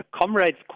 comrades